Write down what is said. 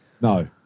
No